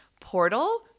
portal